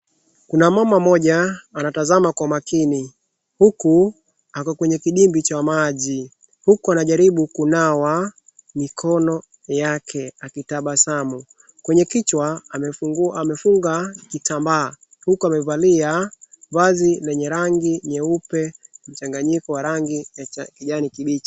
Kuna mama mmoja anatazama kwa makini huku ako kwenye kidimbwi cha maji huku anajaribu kunawa mikono yake akitabasamu. Kwenye kichwa amefunga kitambaa huku amevalia vazi lenye rangi nyeupe mchanganyiko wa rangi ya kijani kimbichi.